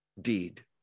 deed